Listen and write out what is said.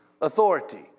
authority